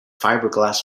fiberglass